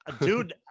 Dude